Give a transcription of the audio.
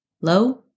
low